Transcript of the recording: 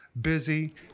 busy